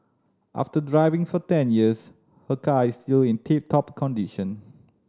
after driving for ten years her car is still in tip top condition